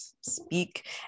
speak